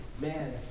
man